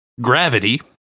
Gravity